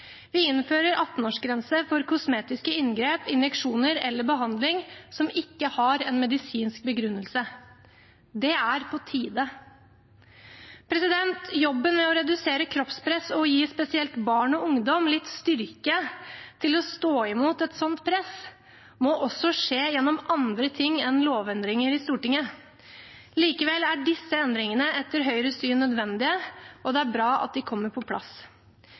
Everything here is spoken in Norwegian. Vi innfører 18-årsgrense for kosmetiske inngrep, injeksjoner eller behandling som ikke har en medisinsk begrunnelse. Det er på tide. Jobben med å redusere kroppspress og gi spesielt barn og ungdom litt styrke til å stå imot et sånt press, må også skje gjennom andre ting enn lovendringer i Stortinget. Likevel er disse endringene etter Høyres syn nødvendige, og det er bra at de kommer på plass.